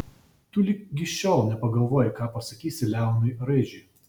tu ligi šiol nepagalvojai ką pasakysi leonui raižiui